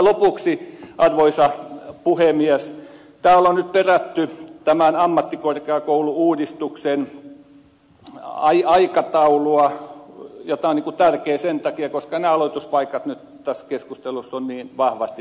lopuksi arvoisa puhemies täällä on nyt perätty tämän ammattikorkeakoulu uudistuksen aikataulua ja tämä on tärkeä sen takia koska nämä aloituspaikat nyt tässä keskustelussa ovat niin vahvasti tapetilla